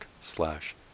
slash